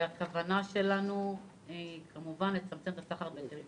והכוונה שלנו היא, כמובן, לצמצם את הסחר בהיתרים.